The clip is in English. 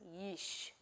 Yeesh